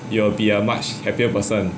you will be a much happier person